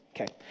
Okay